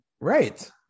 right